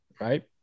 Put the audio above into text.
right